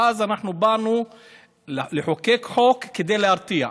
אז באנו לחוקק חוק כדי להרתיע.